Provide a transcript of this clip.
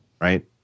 Right